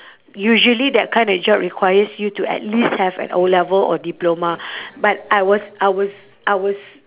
usually that kind of job requires you to at least have an O-level or diploma but I was I was I was